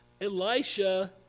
Elisha